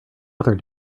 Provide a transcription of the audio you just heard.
other